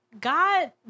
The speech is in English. God